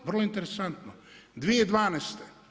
Vrlo interesantno 2012.